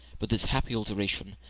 but this happy alteration,